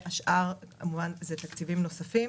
ממנו זה תקציבים נוספים.